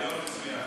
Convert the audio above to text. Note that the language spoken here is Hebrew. רעיון מצוין.